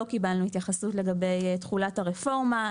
אבל לא קיבלנו התייחסות לגבי תחולת הרפורמה,